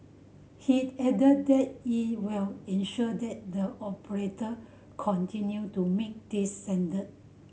he'd added that it will ensure that the operator continue to meet these standard